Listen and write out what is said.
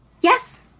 Yes